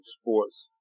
sports